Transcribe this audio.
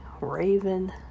Raven